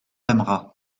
aimera